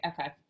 okay